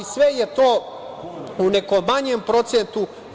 Sve je to u nekom manjem procentu.